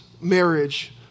marriage